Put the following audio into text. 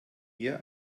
eher